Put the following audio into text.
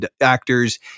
actors